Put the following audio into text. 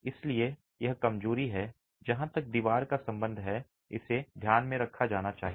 इसलिए यह कमजोरी है जहां तक दीवार का संबंध है इसे ध्यान में रखा जाना चाहिए